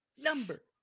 Number